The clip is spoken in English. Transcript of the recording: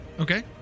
Okay